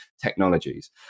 technologies